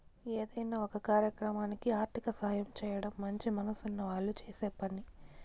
ఏదైనా ఒక కార్యక్రమానికి ఆర్థిక సాయం చేయడం మంచి మనసున్న వాళ్ళు చేసే పని